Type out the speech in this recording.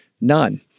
none